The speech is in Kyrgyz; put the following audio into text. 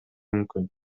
мүмкүн